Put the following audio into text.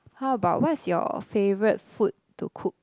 how about what's your favourite food to cook